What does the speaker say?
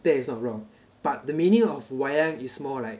that is not wrong but the meaning of wayang is more like